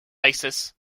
isis